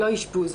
לא אשפוז.